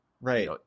right